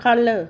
ख'ल्ल